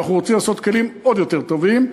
אנחנו רוצים לעשות כלים עוד יותר טובים.